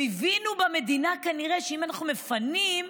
הם הבינו, במדינה, כנראה, שאם אנחנו מפנים,